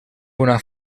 una